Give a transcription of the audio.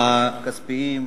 הכספיים,